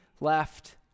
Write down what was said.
left